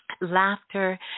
laughter